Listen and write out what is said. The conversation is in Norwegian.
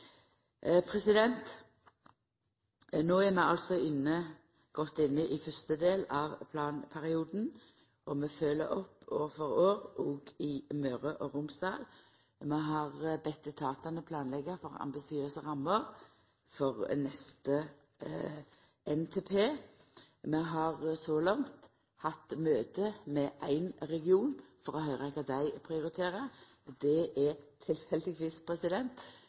No er vi altså godt inne i fyrste del av planperioden, og vi følgjer opp år for år òg i Møre og Romsdal. Vi har bedt etatane planleggja for ambisiøse rammer for neste NTP. Vi har så langt hatt møte med éin region for å høyra kva dei prioriterer – det er